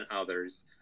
others